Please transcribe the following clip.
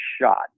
shot